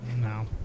No